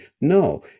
no